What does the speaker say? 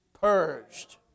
purged